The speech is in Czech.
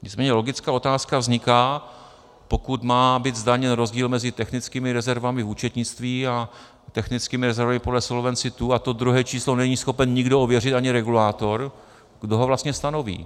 Nicméně logická otázka vzniká, pokud má být zdaněn rozdíl mezi technickými rezervami v účetnictví a technickými rezervami podle Solvency II a to druhé číslo není schopen nikdo ověřit, ani regulátor, kdo ho vlastně stanoví.